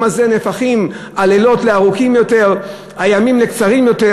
הזה נהפכים הלילות לארוכים יותר והימים לקצרים יותר.